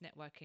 networking